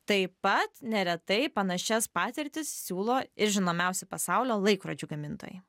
taip pat neretai panašias patirtis siūlo ir žinomiausi pasaulio laikrodžių gamintojai